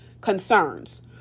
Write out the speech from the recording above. concerns